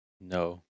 No